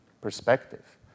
perspective